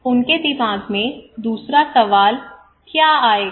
उनके दिमाग में दूसरा सवाल क्या आएगा